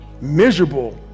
miserable